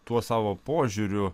tuo savo požiūriu